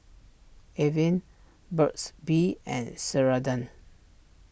Avene Burt's Bee and Ceradan